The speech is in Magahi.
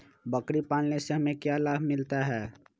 बकरी पालने से हमें क्या लाभ मिलता है?